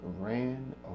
ran